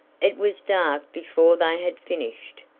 it was dark before they had finished,